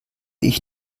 ich